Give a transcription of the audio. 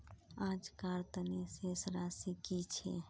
आजकार तने शेष राशि कि छे?